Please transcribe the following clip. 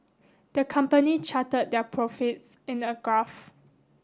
the company charted their profits in a graph